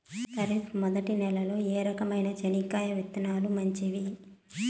ఖరీఫ్ మొదటి నెల లో ఏ రకమైన చెనక్కాయ విత్తనాలు మంచివి